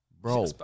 Bro